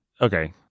okay